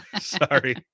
Sorry